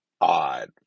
odd